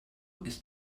ist